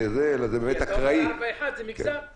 המחשב בוחר מבין כל הקבוצה הגדולה של 500 חייבי הבידוד באופן אקראי.